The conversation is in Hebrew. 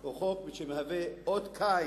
אות קין